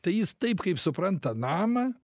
tai jis taip kaip supranta namą